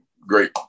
great